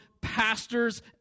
pastors